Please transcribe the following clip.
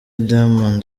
diamond